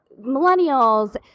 millennials